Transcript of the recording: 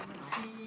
no not okay